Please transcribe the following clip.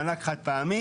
מענק חד פעמי.